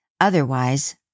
Otherwise